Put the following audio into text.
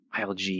ILG